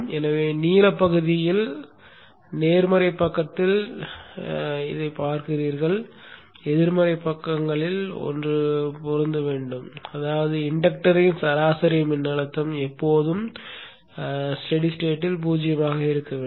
எனவே நீலப் பகுதியில் நேர்மறைப் பக்கத்தில் நீலப் பகுதியைப் பார்க்கிறீர்கள் எதிர்மறைப் பக்கங்களில் ஒன்று பொருந்த வேண்டும் அதாவது இண்டக்டரின் சராசரி மின்னழுத்தம் எப்போதும் நிலையான நிலையில் 0 ஆக இருக்க வேண்டும்